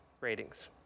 ratings